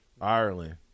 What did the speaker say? Ireland